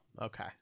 Okay